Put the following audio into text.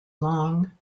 long